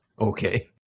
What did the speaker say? Okay